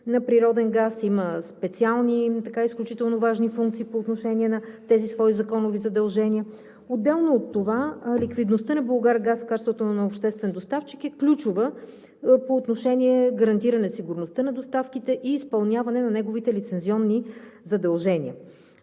на природен газ, има специални изключително важни функции по отношение на тези свои законови задължения. Отделно от това, ликвидността на „Булгаргаз“ в качеството му на обществен доставчик е ключова по отношение гарантиране сигурността на доставките и изпълняване на неговите лицензионни задължения.